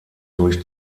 durch